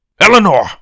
Eleanor